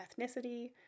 ethnicity